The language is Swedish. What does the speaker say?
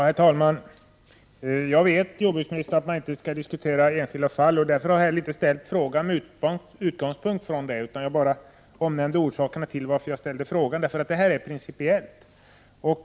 Herr talman! Jag vet, jordbruksministern, att man inte skall diskutera enskilda fall. Därför har jag inte heller ställt frågan med utgångspunkt i det enskilda fallet, utan jag har bara talat om varför jag har ställt denna fråga. Frågan är av principiell vikt.